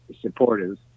supportive